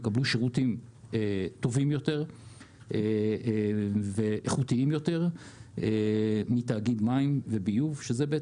יקבלו שירותים טובים ואיכותיים יותר מתאגיד מים וביוב שזה,